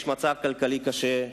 יש מצב כלכלי קשה,